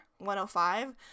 105